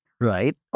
right